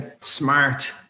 smart